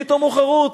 פתאום הוא חרוץ.